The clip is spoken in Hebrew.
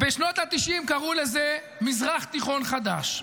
בשנות התשעים קראו לזה מזרח תיכון חדש.